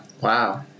wow